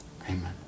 Amen